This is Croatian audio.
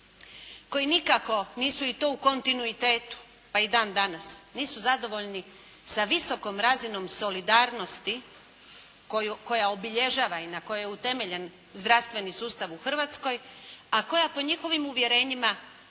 koji nikako nisu i to u kontinuitetu pa i dan danas nisu zadovoljni sa visokom razinom solidarnosti koja obilježava i na kojoj je utemeljen zdravstveni sustav u Hrvatskoj a koja po njihovim uvjerenjima teško,